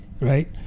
right